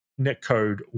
netcode